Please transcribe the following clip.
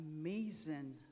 amazing